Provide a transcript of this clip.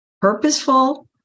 purposeful